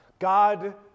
God